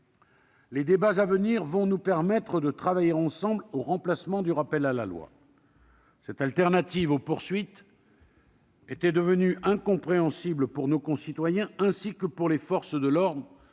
les débats à venir vont nous permettre de travailler ensemble au remplacement du rappel à la loi. Cette alternative aux poursuites était devenue incompréhensible pour nos concitoyens, ainsi que pour les forces de l'ordre